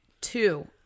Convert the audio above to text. Two